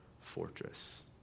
fortress